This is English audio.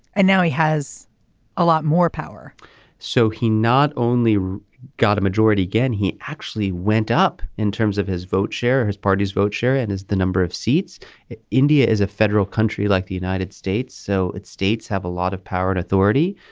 and now he has a lot more power so he not only got a majority again he actually went up in terms of his vote share his party's vote share and is the number of seats in india is a federal country like the united states. so it states have a lot of power and authority.